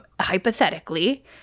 hypothetically